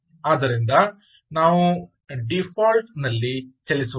ಆದ್ದರಿಂದ ನಾವು ಡೀಫಾಲ್ಟ್ನಲ್ಲಿ ಚಲಿಸೋಣ